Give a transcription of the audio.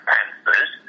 Panthers